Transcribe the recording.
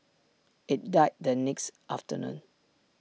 IT died the next afternoon